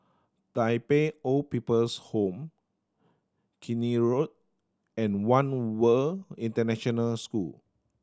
Tai Pei Old People's Home Keene Road and One World International School